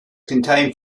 contain